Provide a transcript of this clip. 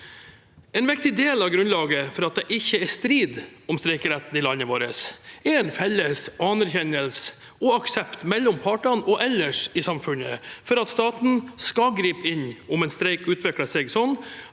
En viktig del av grunnlaget for at det ikke er strid om streikeretten i landet vårt, er en felles anerkjennelse og aksept mellom partene og ellers i samfunnet for at staten skal gripe inn om en streik utvikler seg slik